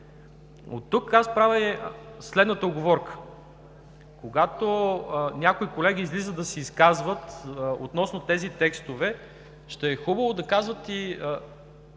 Оттук правя следната уговорка: когато някои колеги излизат да се изказват относно тези текстове, ще е хубаво да казват и